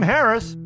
Harris